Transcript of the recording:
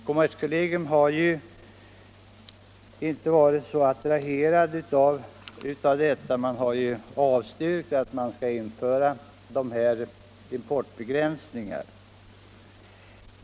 Kommerskollegium har ju inte varit så tilltalat av detta utan har avstyrkt importbegränsningar.